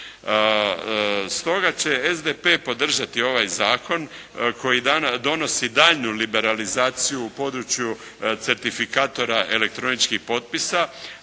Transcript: Stoga će SDP podržati ovaj zakon koji donosi daljnju liberalizaciju u području certifikatora elektroničkih potpisa,